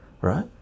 Right